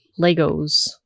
legos